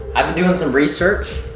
i've been doing some research.